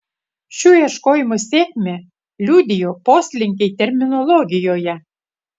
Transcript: šių ieškojimų sėkmę liudijo poslinkiai terminologijoje